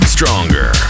Stronger